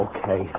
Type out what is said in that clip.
Okay